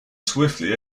swiftly